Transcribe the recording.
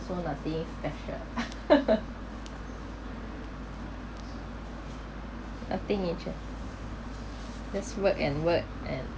so nothing special nothing interest just work and work and